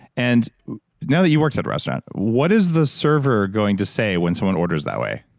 and now that you've worked at a restaurant what is the server going to say when someone orders that way?